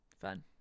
Fun